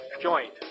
joint